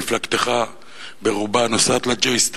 הרי מפלגתך ברובה נוסעת ל-J Street